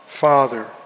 Father